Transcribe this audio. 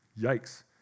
Yikes